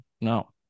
No